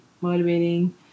motivating